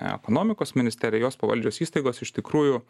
ekonomikos ministerija jos pavaldžios įstaigos iš tikrųjų